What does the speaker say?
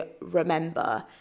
remember